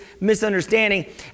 misunderstanding